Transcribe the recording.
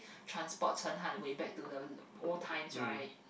transport Chen-Han-Wei back to the old times right